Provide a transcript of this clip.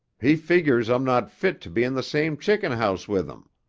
he figures i'm not fit to be in the same chicken house with him.